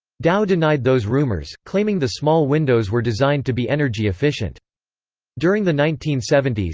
dow denied those rumors, claiming the small windows were designed to be energy efficient during the nineteen seventy s,